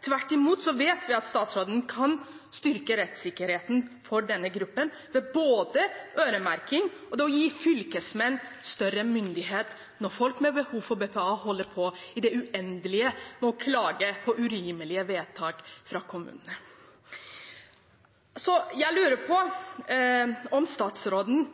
tvert imot vet vi at statsråden kan styrke rettssikkerheten for denne gruppen, ved både øremerking og ved å gi fylkesmenn større myndighet når folk med behov for BPA holder på i det uendelige med å klage på urimelige vedtak fra kommunene. Jeg lurer på om statsråden